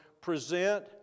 present